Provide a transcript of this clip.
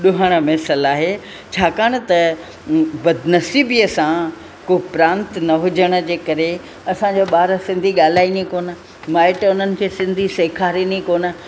ॾुहण मिसल आहे छाकाणि त बद नसीबीअ सां को प्रांत न हुजणु करे असां जा ॿार सिंधी ॻाल्हाइनि ई कोन माइट उन्हनि खे सिंधी सेखारनि ई कोन